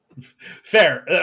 Fair